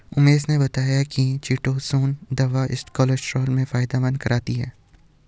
उमेश ने बताया कि चीटोसोंन दवा कोलेस्ट्रॉल में फायदा करती है